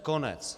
Konec.